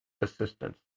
assistance